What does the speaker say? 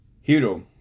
Hero